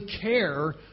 care